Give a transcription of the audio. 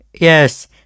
Yes